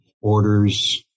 orders